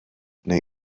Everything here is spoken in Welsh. neu